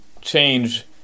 change